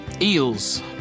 Eels